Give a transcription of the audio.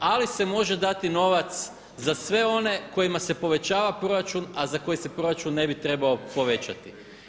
Ali se može dati novac za sve one kojima se povećava proračun, a za koje se proračun ne bi trebao povećati.